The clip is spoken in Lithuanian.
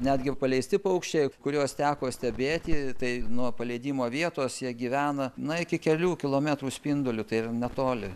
netgi paleisti paukščiai kuriuos teko stebėti tai nuo paleidimo vietos jie gyvena na iki kelių kilometrų spinduliu tai yra netoli